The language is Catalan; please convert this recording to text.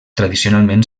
tradicionalment